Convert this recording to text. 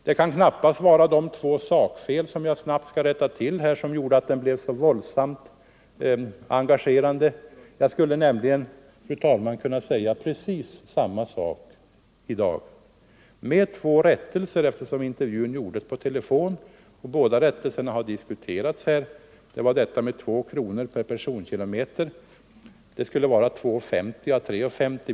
Det kan knappast vara de två sakfel som jag snabbt skall rätta till som gjorde att intervjun blev så våldsamt engagerande. Jag skulle nämligen, fru talman, kunna säga precis samma sak i dag - med två rättelser, eftersom intervjun gjordes per telefon. Båda rättelserna har diskuterats här. Det var detta med 2 kronor per personkilometer. Det skulle vara kr. 2:50 å 3:50.